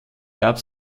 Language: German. gab